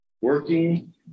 working